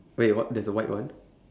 wait what there's a white one